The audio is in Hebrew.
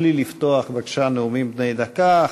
התוכלי לפתוח בבקשה את הנאומים בני דקה?